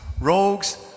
rogues